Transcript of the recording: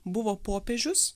buvo popiežius